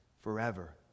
forever